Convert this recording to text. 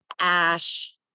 ash